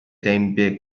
tempia